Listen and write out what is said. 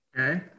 Okay